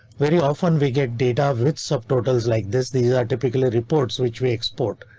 very often we get data subtotals like this. these are typically reports which we export.